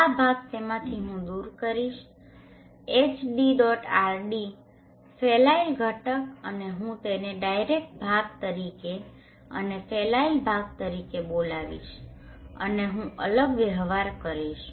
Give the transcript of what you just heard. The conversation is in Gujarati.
આ ભાગ તેમાંથી હું દૂર કરીશ HdRD ફેલાયેલ ઘટક અને હું તેને ડાયરેક્ટ ભાગ તરીકે અને ફેલાયેલ ભાગ તરીકે બોલાવીશ અને હું અલગ વ્યવહાર કરીશ